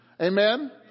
Amen